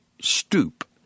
stoop